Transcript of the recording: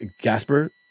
Gasper